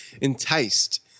enticed